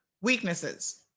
weaknesses